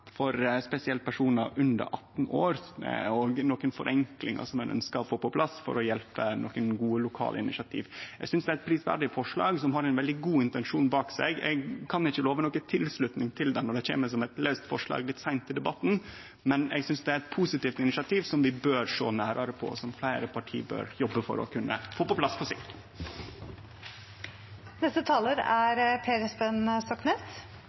brukthandelforskrifta, spesielt for personar under 18 år, og nokre forenklingar som ein ønskjer å få på plass for å hjelpe gode lokale initiativ. Eg synest det er eit prisverdig forslag som har ein veldig god intensjon i seg. Eg kan ikkje love noka tilslutning til det når det kjem som eit laust forslag litt seint i debatten, men eg synest det er eit positivt initiativ som vi bør sjå nærare på, og som fleire parti bør jobbe for å kunne få på plass på